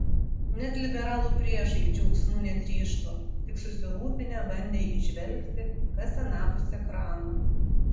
net liberalų priešai džiaugsmu netryško tik susirūpinę bandė įžvelgti kas anapus ekrano